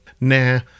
Nah